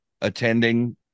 attending